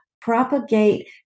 propagate